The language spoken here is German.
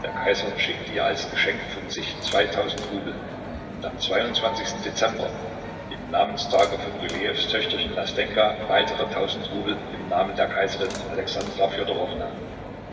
der kaiser schickte ihr als geschenk von sich zweitausend rubel und am dezember dem namenstage von rylejews töchterchen nastenjka weitere tausend rubel im namen der kaiserin